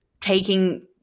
Taking